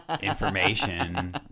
information